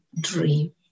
dream